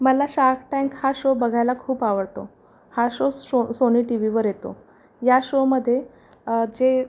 मला shark tank हा show बघायला खूप आवडतो हा शो सो सोनी टीव्हीवर येतो या शोमध्ये जे